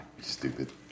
Stupid